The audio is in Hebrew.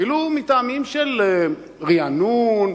אפילו מטעמים של רענון,